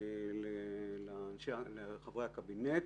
לחברי הקבינט